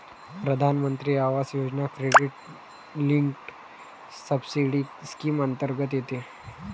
प्रधानमंत्री आवास योजना क्रेडिट लिंक्ड सबसिडी स्कीम अंतर्गत येते